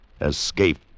escape